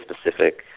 specific